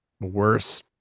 worse